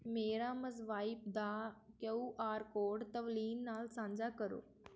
ਮੇਰਾ ਮਜ਼ਵਾਈਪ ਦਾ ਕਿਯੂ ਆਰ ਕੋਡ ਤਵਲੀਨ ਨਾਲ ਸਾਂਝਾ ਕਰੋ